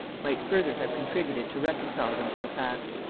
might further have contributed to reconcile them to the fact.